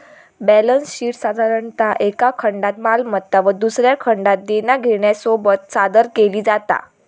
balance शीटसाधारणतः एका खंडात मालमत्ता व दुसऱ्या खंडात देना घेण्यासोबत सादर केली जाता